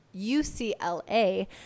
UCLA